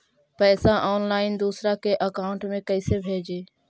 पैसा ऑनलाइन दूसरा के अकाउंट में कैसे भेजी?